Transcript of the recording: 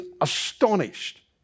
astonished